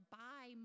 buy